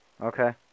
Okay